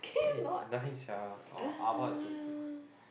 eh nice sia !wah! abba is so good